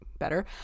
better